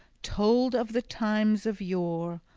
told of the times of yore.